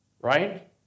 Right